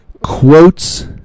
quotes